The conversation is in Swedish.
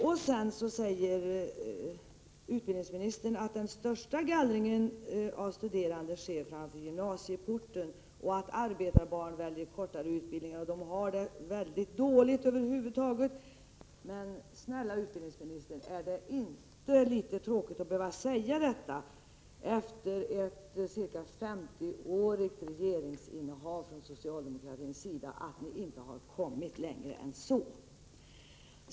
Vidare säger utbildningsministern att den största gallringen av studerande sker framför gymnasieporten, att arbetarbarn väljer kortare utbildning än andra, att de har det mycket dåligt osv. Men snälla utbildningsministern, är det inte litet tråkigt efter ett ca 50-årigt socialdemokratiskt regeringsinnehav att behöva säga att ni inte har kommit längre än så!